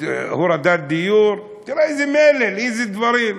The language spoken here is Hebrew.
הורדת מחירי הדיור, תראה איזה מלל, איזה דברים.